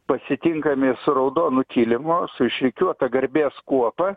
pasitinkami su raudonu kilimu su išrikiuota garbės kuopa